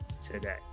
today